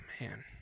man